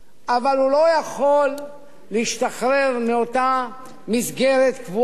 אבל הוא לא יכול להשתחרר מאותה מסגרת קבועה,